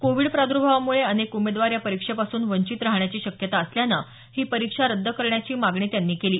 Covid प्रादुर्भावामुळे अनेक उमेदवार या परीक्षेपासून वंचित राहण्याची शक्यता असल्यानं ही परीक्षा रद्द करण्याची मागणी त्यांनी केली